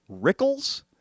rickles